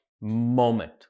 moment